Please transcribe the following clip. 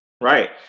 Right